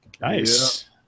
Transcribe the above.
Nice